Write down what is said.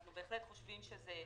אנחנו בהחלט חושבים שזהו